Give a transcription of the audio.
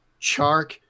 Chark